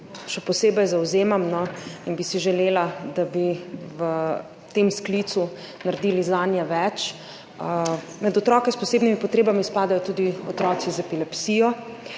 še posebej zavzemam in bi si želela, da bi v tem sklicu naredili zanje več. Med otroke s posebnimi potrebami spadajo tudi otroci z epilepsijo.